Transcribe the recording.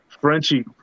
Frenchie